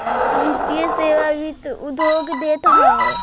वित्तीय सेवा वित्त उद्योग देत हअ